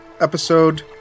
episode